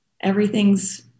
everything's